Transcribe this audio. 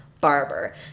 Barber